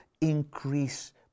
increase